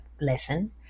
lesson